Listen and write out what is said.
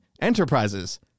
Enterprises